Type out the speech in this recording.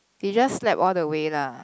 they just slept all the way lah